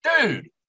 Dude